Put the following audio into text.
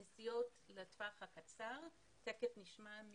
הנסיעות לטווח הקצר, תכף נשמע על